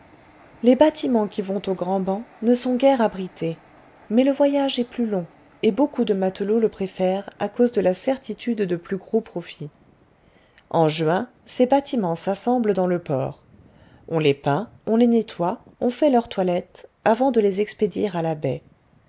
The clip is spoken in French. les bâtiment qui vont aux grands bancs ne sont guère abrités mais le voyage est plus long et beaucoup de matelots le préfèrent à cause de la certitude de plus gros profits en juin ces bâtiments s'assemblent dans le port on les peint on les nettoie on fait leur toilette avant de les expédier à la baie